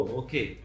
okay